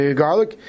garlic